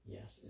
Yes